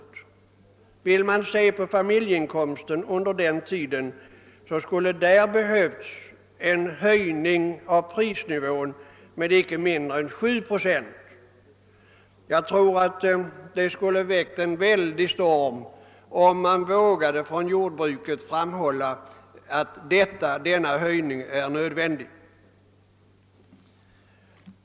När det gäller familjeinkomsten under den tiden skulle det ha behövts en höjning av prisnivån med så mycket som 7 procent för att inkomsten skulle bli jämförbar. Jag tror att det skulle ha väckt en väldig storm om man från jordbrukets sida vågat framhålla att en sådan höjning är nödvändig.